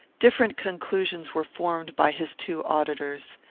different conclusions were formed by his two auditors.